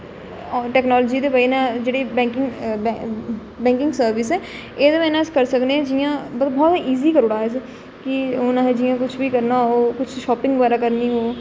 technology दी बजह कन्नै जेह्ड़ी बैंकिंग बैंकिंग सर्विस एह्दी बजह् कन्नै अस करी सकने जि'यां बहोत इजी करी ओड़े दा इस कि हून असें जि'यां करना ओ कुछ बी करना कुछ बी शॉपिंग बगैरा करनी ओ